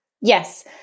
Yes